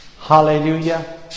Hallelujah